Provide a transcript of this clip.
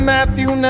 Matthew